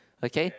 okay